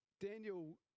Daniel